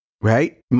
right